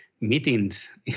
meetings